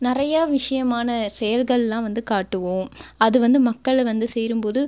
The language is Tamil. நிறைய விஷயமான செயல்களெல்லாம் வந்து காட்டுவோம் அது வந்து மக்களை வந்து சேரும்போது